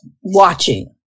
watching